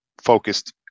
focused